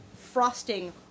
frosting